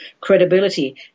credibility